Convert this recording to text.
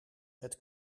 het